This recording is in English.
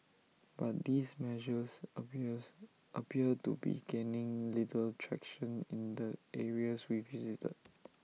but these measures appears appear to be gaining little traction in the areas we visited